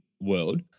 world